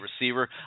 receiver